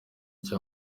cya